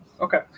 Okay